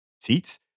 seats